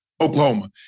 Oklahoma